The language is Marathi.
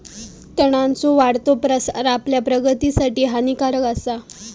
तणांचो वाढतो प्रसार आपल्या प्रगतीसाठी हानिकारक आसा